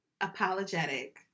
apologetic